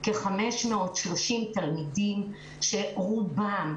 כ-530 תלמידים שרובם,